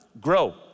grow